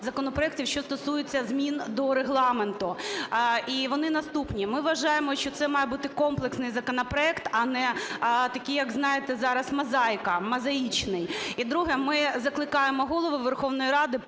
законопроектів, що стосуються змін до Регламенту. І вони наступні. Ми вважаємо, що це має бути комплексний законопроект, а не такий, як, знаєте, зараз мозаїка, мозаїчний. І друге. Ми закликаємо Голову Верховної Ради